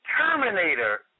Terminator